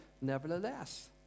nevertheless